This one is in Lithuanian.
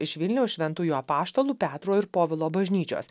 iš vilniaus šventųjų apaštalų petro ir povilo bažnyčios